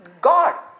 God